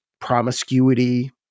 promiscuity